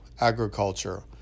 agriculture